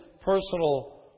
personal